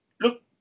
Look